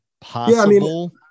possible